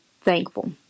thankful